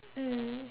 mm